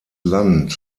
land